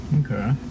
Okay